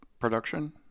Production